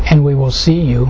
and we will see you